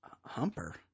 Humper